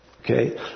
Okay